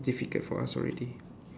difficult for us already